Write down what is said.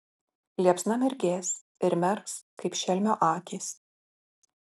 liepsna mirgės ir merks kaip šelmio akys